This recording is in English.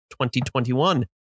2021